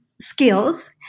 skills